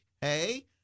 Hey